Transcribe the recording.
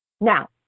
Now